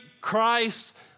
Christ